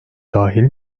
dahil